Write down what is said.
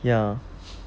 ya